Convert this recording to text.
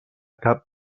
cap